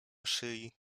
szyi